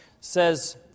says